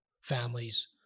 families